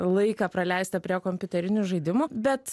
laiką praleistą prie kompiuterinių žaidimų bet